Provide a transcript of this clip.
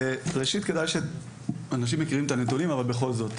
ראשית, אנשים מכירים את הנתונים אבל בכל זאת.